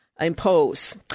impose